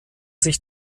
sich